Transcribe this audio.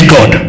God